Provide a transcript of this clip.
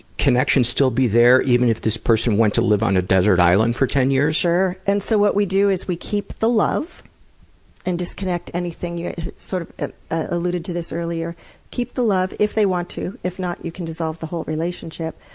connection still be there even if this person went to live on a desert island for ten years? sure. and so what we do is we keep the love and disconnect anything i sort of ah alluded to this earlier keep the love, if they want to if not, you can dissolve the whole relationship.